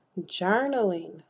Journaling